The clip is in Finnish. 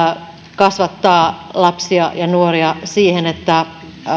kasvattaa lapsia ja nuoria siihen että